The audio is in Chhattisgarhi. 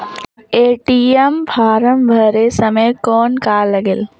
ए.टी.एम फारम भरे समय कौन का लगेल?